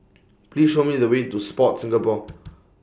Please Show Me The Way to Sport Singapore